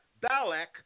Balak